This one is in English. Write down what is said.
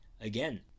again